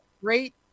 great